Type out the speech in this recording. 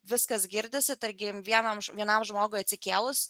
viskas girdisi tarkim vienam vienam žmogui atsikėlus